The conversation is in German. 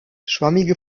schwammige